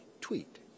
tweet